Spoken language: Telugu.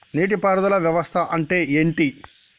నీటి పారుదల వ్యవస్థ అంటే ఏంటి?